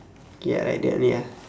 K ah like that only ah